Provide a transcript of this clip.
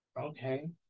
Okay